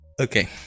Okay